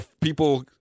people